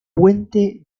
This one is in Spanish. puente